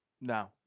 No